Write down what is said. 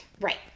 Right